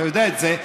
אתה יודע את זה,